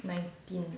nineteen